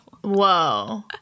Whoa